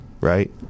right